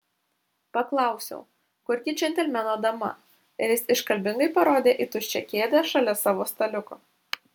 paklausiau kur gi džentelmeno dama ir jis iškalbingai parodė į tuščią kėdę šalia savo staliuko